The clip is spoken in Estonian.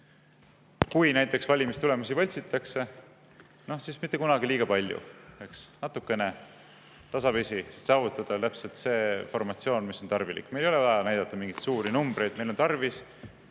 Kui näiteks valimistulemusi võltsitakse, siis mitte kunagi liiga palju, eks. Seda tehakse natukene, tasapisi, et saavutada täpselt see formatsioon, mis on tarvilik. Meil ei ole vaja näidata mingeid suuri numbreid, meil on tarvis,